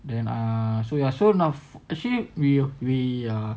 then err so you are shown off actually we we uh